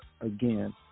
again